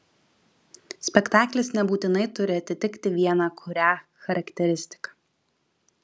spektaklis nebūtinai turi atitikti vieną kurią charakteristiką